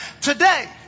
Today